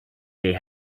they